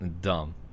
dumb